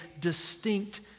distinct